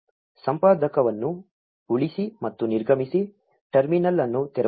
ಸಂಪಾದಕವನ್ನು ಉಳಿಸಿ ಮತ್ತು ನಿರ್ಗಮಿಸಿ ಟರ್ಮಿನಲ್ ಅನ್ನು ತೆರವುಗೊಳಿಸಿ